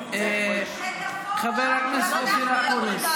חבר הכנסת דוד אמסלם.